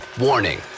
Warning